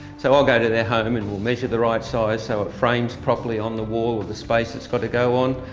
so i'll go to their home and we'll measure the right size so it frames properly on the wall or the space it's got to go on,